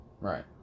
Right